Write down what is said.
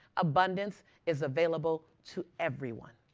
abundance is available to everyone.